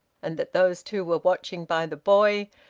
and that those two were watching by the boy,